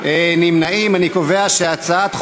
נגד.